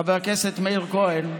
חבר הכנסת מאיר כהן,